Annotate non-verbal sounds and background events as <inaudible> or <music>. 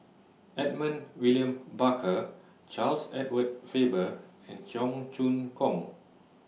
Edmund William Barker Charles Edward Faber and Cheong Choong Kong <noise>